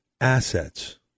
assets